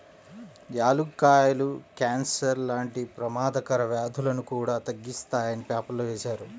యాలుక్కాయాలు కాన్సర్ లాంటి పెమాదకర వ్యాధులను కూడా తగ్గిత్తాయని పేపర్లో వేశారు